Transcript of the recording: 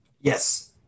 yes